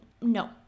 no